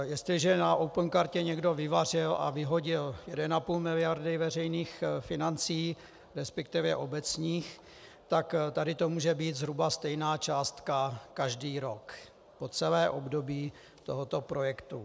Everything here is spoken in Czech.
Jestliže na Openkartě někdo vyvařil a vyhodil 1,5 mld. veřejných financí, resp. obecních, tak tady to může být zhruba stejná částka každý rok po celé období tohoto projektu.